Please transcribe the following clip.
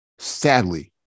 Sadly